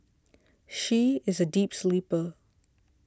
she is a deep sleeper